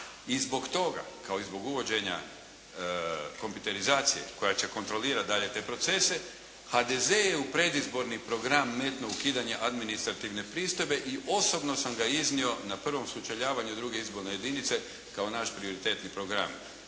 I zbog toga kao i zbog uvođenja kompjuterizacije koja će kontrolirati dalje te procese HDZ je u predizborni program metnuo ukidanje administrativne pristojbe i osobno sam ga iznio na prvom sučeljavanju II. izborne jedinice kao naš prioritetni program